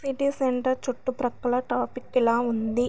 city centre చుట్టు ప్రక్కల traffic ఎలా ఉంది